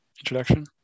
introduction